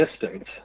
distance